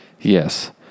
Yes